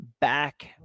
back